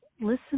listen